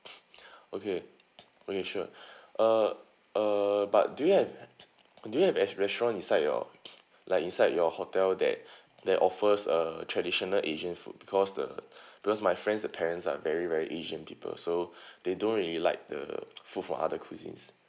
okay okay sure uh uh but do you have do you have restaurant inside your like inside your hotel that that offers a traditional asian food because the because my friends the parents are very very asian people so they don't really like the food for other cuisines